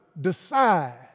decide